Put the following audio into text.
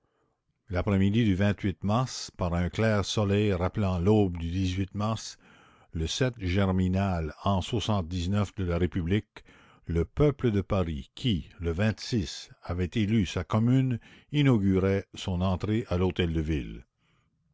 l'après-midi du mars par un clair soleil rappelant l'aube du mars le germinal an de la république le peuple de paris qui le avait élu sa commune inaugura son entrée à l'hôtel-de-ville